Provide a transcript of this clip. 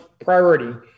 priority